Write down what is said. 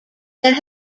there